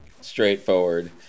Straightforward